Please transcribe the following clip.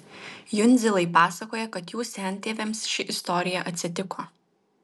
jundzilai pasakoja kad jų sentėviams ši istorija atsitiko